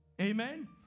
Amen